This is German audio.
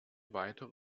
weitere